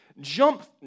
jump